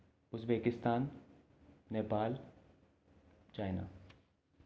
Uzbekistan Nepal China